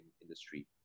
industry